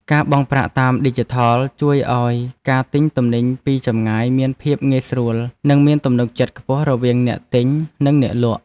ការបង់ប្រាក់តាមឌីជីថលជួយឱ្យការទិញទំនិញពីចម្ងាយមានភាពងាយស្រួល និងមានទំនុកចិត្តខ្ពស់រវាងអ្នកទិញនិងអ្នកលក់។